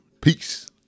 Peace